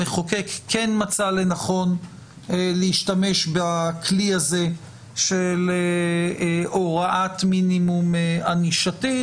המחוקק כן מצא לנכון להשתמש בכלי הזה של הוראת מינימום ענישתית,